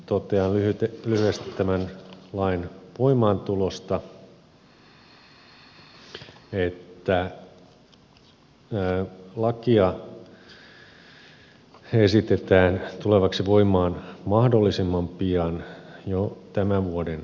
vielä totean lyhyesti tämän lain voimaantulosta että lakia esitetään tulevaksi voimaan mahdollisimman pian jo tämän vuoden puolella